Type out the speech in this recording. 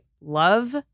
love